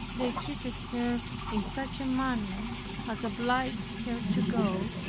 they treated her in such a manner as obliged her to go,